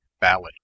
ballad